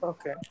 Okay